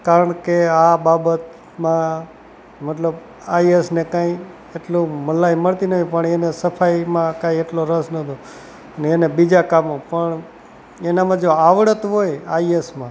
કારણ કે આ બાબતમાં મતલબ આઈએસને કંઈ એટલું મલાઈ મળતી ન હોય પણ એને સફાઈમાં કાંઈ એટલો રસ ન હતો ને એને બીજા કામો પણ એનામાં જો આવડત હોય આઈએસમાં